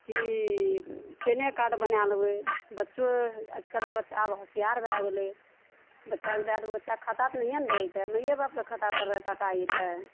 की पेने कार्ड बना लेबै बच्चो आइकाल्हिके बच्चा आब होशियार भऽ गेलै बच्चाके दए देब बच्चा खाता तऽ नहिये ने रहै छै माइये बाप के खाता पर नऽ टाका एतय